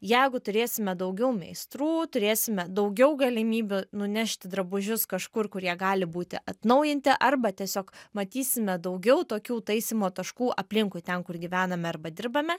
jeigu turėsime daugiau meistrų turėsime daugiau galimybių nunešti drabužius kažkur kur jie gali būti atnaujinti arba tiesiog matysime daugiau tokių taisymo taškų aplinkui ten kur gyvename arba dirbame